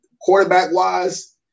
quarterback-wise